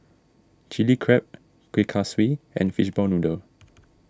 Chilli Crab Kueh Kaswi and Fishball Noodle